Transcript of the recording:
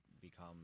become